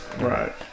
right